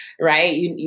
right